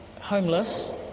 homeless